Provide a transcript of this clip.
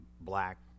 black